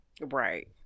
Right